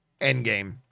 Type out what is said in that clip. Endgame